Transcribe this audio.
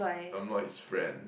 I'm not his friend